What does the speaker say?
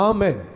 Amen